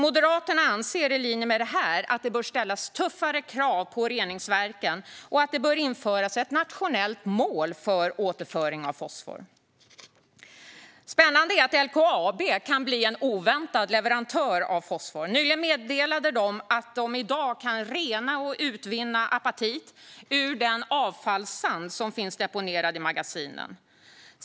Moderaterna anser i linje med detta att det bör ställas tuffare krav på reningsverken och att det bör införas ett nationellt mål för återföring av fosfor. Något som är spännande är att LKAB kan bli en oväntad leverantör av fosfor. Nyligen meddelade de att de i dag kan utvinna och rena apatit ur den avfallssand som finns deponerad i magasinen.